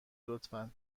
لطفا